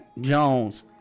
Jones